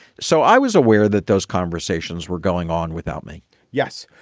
so i was aware that those conversations were going on without me yes.